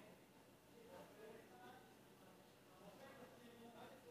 ולכן, למרות שכבר היום אנחנו